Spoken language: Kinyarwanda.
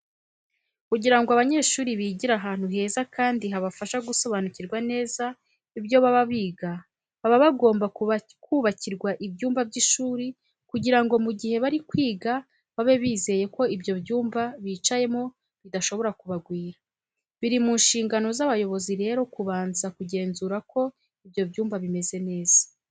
Kugira ngo abanyeshuri bigire ahantu heza kandi habafasha gusobanukirwa neza ibyo baba biga, baba bagomba kubakirwa ibyumba by'ishuri kugira ngo mu gihe bari kwiga babe bizeye ko ibyo byumba bicayemo bidashobora kubagwira. Biri mu nshingano z'abayobozi rero kubanza kugenzura ko ibyo byumba bimeze neza.